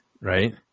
Right